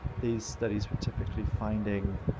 these studies were typically finding